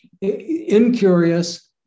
incurious